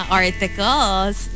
articles